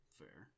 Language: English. fair